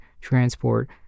transport